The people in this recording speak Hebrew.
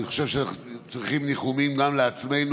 ואני חושב שאנחנו צריכים ניחומים גם לעצמנו.